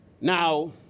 Now